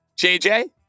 JJ